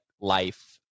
life